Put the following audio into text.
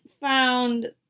found